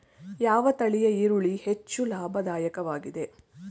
ಯಾವ ತಳಿಯ ಈರುಳ್ಳಿ ಹೆಚ್ಚು ಲಾಭದಾಯಕವಾಗಿದೆ?